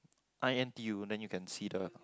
I N_T_U then you can see the